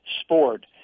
sport